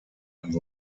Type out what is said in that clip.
and